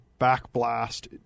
backblast